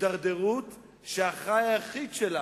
הידרדרות שהאחראי היחיד לה